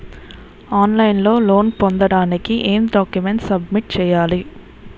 On line లో loan పొందటానికి ఎం డాక్యుమెంట్స్ సబ్మిట్ చేయాలి?